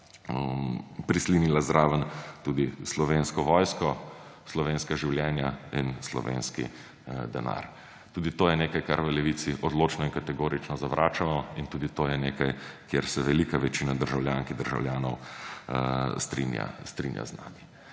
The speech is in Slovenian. prislinila zraven tudi Slovensko vojsko, slovenska življenja in slovenski denar. Tudi to je nekaj, kar v Levici odločno in kategorično zavračamo, in tudi to je nekaj, kjer se velika večina državljank in državljanov strinja z nami.